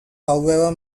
however